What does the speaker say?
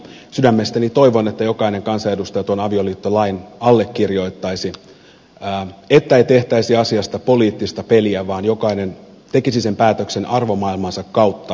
sydämestäni toivon että jokainen kansanedustaja tuon avioliittolain allekirjoittaisi että ei tehtäisi asiasta poliittista peliä vaan jokainen tekisi sen päätöksen arvomaailmansa kautta